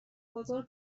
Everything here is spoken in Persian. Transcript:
بازار